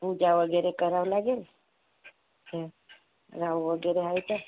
पूजा वगैरे करावं लागेल सं राहू वगैरे आहे तर